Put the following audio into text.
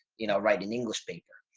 you know, write an english paper.